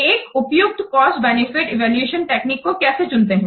एक उपयुक्त cost benefit evaluation technique को कैसे चुनते हैं